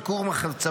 אל כור מחצבתו,